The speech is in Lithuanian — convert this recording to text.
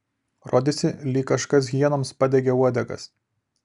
rodėsi lyg kažkas hienoms padegė uodegas